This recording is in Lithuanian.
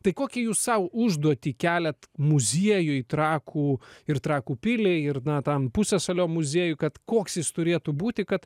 tai kokį jūs sau užduotį keliat muziejui trakų ir trakų piliai ir na tam pusiasalio muziejui kad koks jis turėtų būti kad